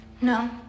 No